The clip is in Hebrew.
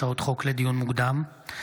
הצעות חוק לדיון מוקדם,